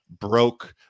broke